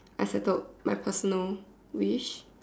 I settled my personal wish